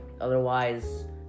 Otherwise